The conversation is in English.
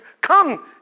come